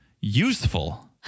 useful